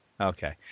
okay